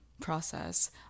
process